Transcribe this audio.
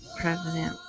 President